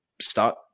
start